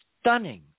stunning